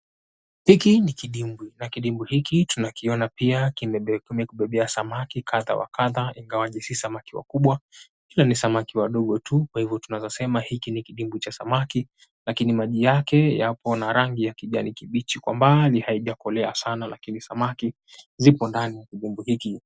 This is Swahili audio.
Hiki ni kidimbwi, na kidimbwi hiki tunakiona pia kimetubebea samaki kadha wa kadha ingawaji si samaki wakubwa ila ni samaki wadogo tu, kwa hivyo tunaweza sema hiki ni kidimbwi cha samaki. Lakini maji yake yapo na rangi ya kijani kibichi kwa mbali haijakolea sana lakini samaki zipo ndani ya kidimbwi hiki.